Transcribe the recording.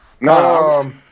No